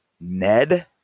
Ned